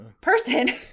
person